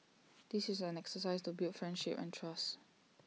this is an exercise to build friendship and trust